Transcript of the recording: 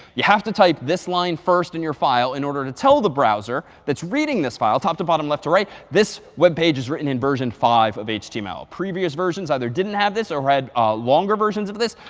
you have to type this line first in your file in order to tell the browser that's reading this file top to bottom, left to right this web page is written in version five of html. previous versions either didn't have this or had longer versions of this.